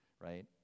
right